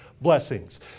blessings